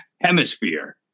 hemisphere